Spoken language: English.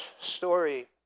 story